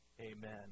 Amen